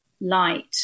light